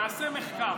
נעשה מחקר,